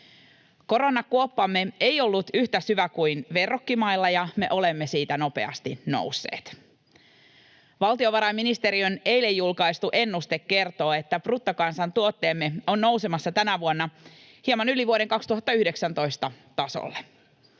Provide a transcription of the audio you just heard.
Koronakuoppamme ei ollut yhtä syvä kuin verrokkimailla, ja me olemme siitä nopeasti nousseet. Valtiovarainministeriön eilen julkaistu ennuste kertoo, että bruttokansantuotteemme on nousemassa tänä vuonna hieman yli vuoden 2019 tason.